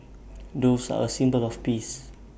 doves are A symbol of peace